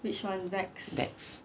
vext